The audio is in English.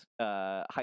high